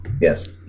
Yes